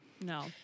No